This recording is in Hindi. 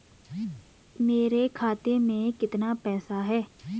मेरे खाते में कितना पैसा है?